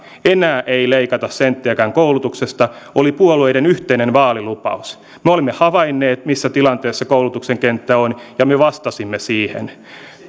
enää ei leikata senttiäkään koulutuksesta oli puolueiden yhteinen vaalilupaus me olimme havainneet missä tilanteessa koulutuksen kenttä on ja me vastasimme siihen